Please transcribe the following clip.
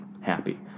happy